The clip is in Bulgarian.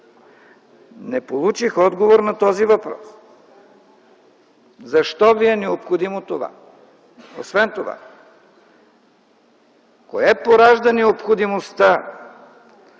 не получих отговор на този въпрос защо Ви е необходимо това. Освен това, кое поражда необходимостта